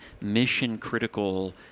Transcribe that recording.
mission-critical